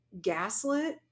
gaslit